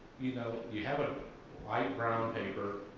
you know, you have a light brown paper,